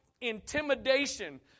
intimidation